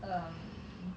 um